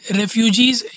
refugees